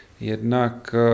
Jednak